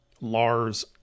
Lars